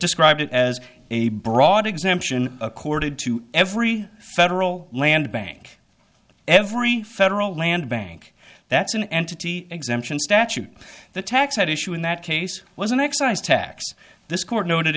described it as a broad exemption accorded to every federal land bank every federal land bank that's an entity exemption statute the tax at issue in that case was an excise tax this court no